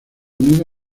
unido